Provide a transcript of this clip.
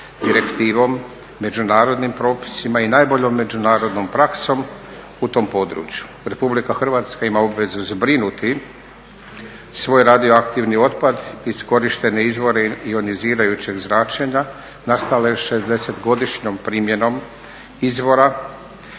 direktivom, međunarodnim propisima i najboljom međunarodnom praksom u tom području. Republika Hrvatska ima obvezu zbrinuti svoj radioaktivni otpad, iskorištene izvore ionizirajućeg zračenja nastale 60-godišnjom primjenom izvora